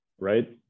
Right